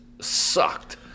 Sucked